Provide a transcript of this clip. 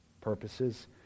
purposes